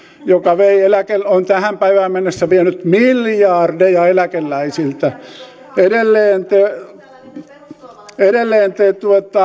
joka on tähän päivään mennessä vienyt miljardeja eläkeläisiltä edelleen te